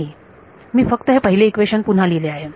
नाही मी फक्त हे पहिले इक्वेशन पुन्हा लिहिले आहे